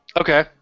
Okay